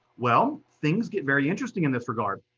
well, things get very interesting in this regard.